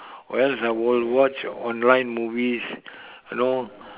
or else I will watch online movies you know